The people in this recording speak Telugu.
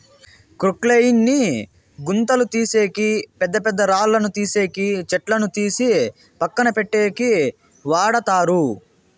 క్రొక్లేయిన్ ని గుంతలు తీసేకి, పెద్ద పెద్ద రాళ్ళను తీసేకి, చెట్లను తీసి పక్కన పెట్టేకి వాడతారు